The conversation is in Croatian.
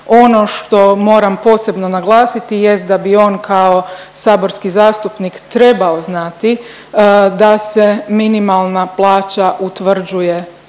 ono što moram posebno naglasiti jest da bi on kao saborski zastupnik trebao znati da se minimalna plaća utvrđuje